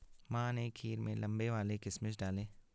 माँ ने खीर में लंबे वाले किशमिश डाले